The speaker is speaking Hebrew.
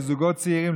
לזוגות צעירים,